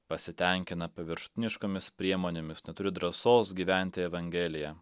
pasitenkina paviršutiniškomis priemonėmis neturi drąsos gyventi evangelija